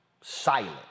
silent